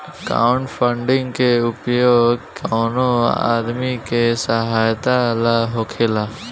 crowdfunding के उपयोग कवनो आदमी के सहायता ला होखेला